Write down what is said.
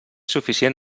suficient